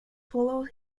followed